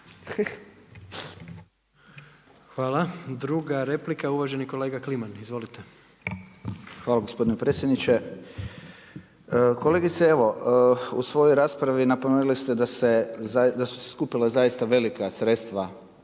Hvala. Druga replika uvaženi kolega Kliman. Izvolite. **Kliman, Anton (HDZ)** Hvala gospodine predsjedniče. Kolegice evo u svojoj raspravi napomenuli ste da su se skupila zaista velika sredstva